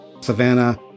Savannah